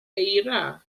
eira